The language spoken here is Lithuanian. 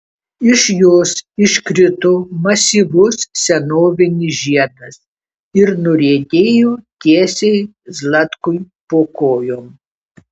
iš jos iškrito masyvus senovinis žiedas ir nuriedėjo tiesiai zlatkui po kojom